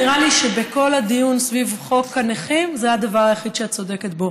נראה לי שבכל הדיון סביב חוק הנכים זה הדבר היחיד שאת צודקת בו.